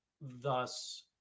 thus